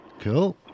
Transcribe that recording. Cool